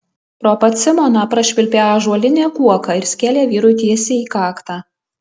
pro pat simoną prašvilpė ąžuolinė kuoka ir skėlė vyrui tiesiai į kaktą